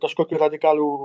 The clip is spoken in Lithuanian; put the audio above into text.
kažkokių radikalių